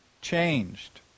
changed